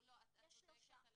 לא, אין יותר רביעי, יש שלושה.